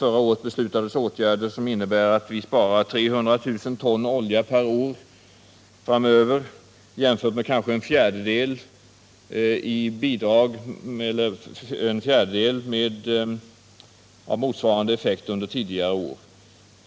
Förra året beslutades åtgärder som innebär att vi sparar 300 000 ton olja per år framöver, jämfört med kanske en fjärdedel av detta under tidigare år.